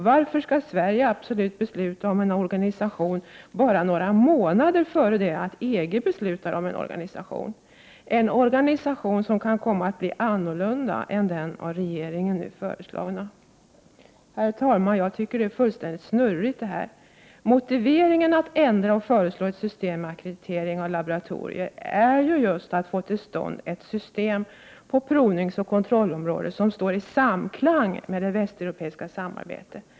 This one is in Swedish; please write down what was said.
Varför skall Sverige absolut besluta om en organisation bara några månader före det att EG beslutar om en organisation som kan komma att bli en annan än den av vår regering nu föreslagna? Herr talman! Jag tycker att detta är fullständigt snurrigt. Motiveringen att ändra och föreslå ett system med ackreditering av laboratorier är ju just att få till stånd ett system på provningsoch kontrollområdet som står i samklang med det västeuropeiska samarbetet.